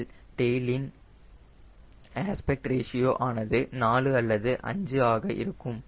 எனில் டெயிலின் aspect ratio ஆனது 4 அல்லது 5 ஆக இருக்கும்